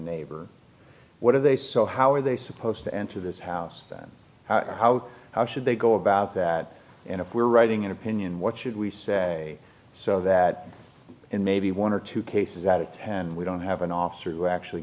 neighbor what are they so how are they supposed to and to this house that how how should they go about that and if we're writing an opinion what should we say so that maybe one or two cases out and we don't have an officer who actually